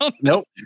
Nope